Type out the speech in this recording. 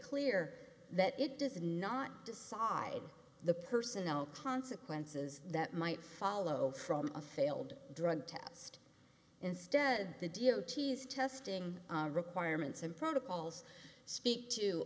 clear that it does not decide the personnel consequences that might follow from a failed drug test instead the deity's testing requirements and protocols speak